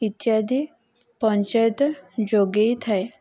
ଇତ୍ୟାଦି ପଞ୍ଚାୟତ ଯୋଗାଇଥାଏ